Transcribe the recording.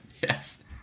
yes